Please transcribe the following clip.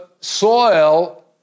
soil